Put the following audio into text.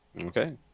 Okay